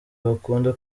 bakunda